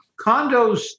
condos